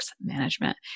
management